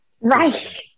Right